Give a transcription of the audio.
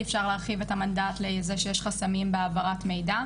אפשר להרחיב את המנדט לזה שיש חסמים בהעברת מידע.